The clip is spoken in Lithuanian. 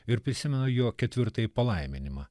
ir prisimenu jo ketvirtąjį palaiminimą